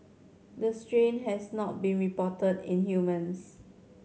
the strain has not been reported in humans